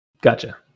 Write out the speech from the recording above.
Gotcha